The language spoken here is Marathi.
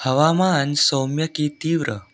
हवामान सौम्य की तीव्र